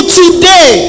today